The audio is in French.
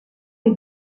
les